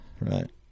Right